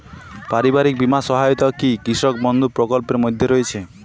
পারিবারিক বীমা সহায়তা কি কৃষক বন্ধু প্রকল্পের মধ্যে রয়েছে?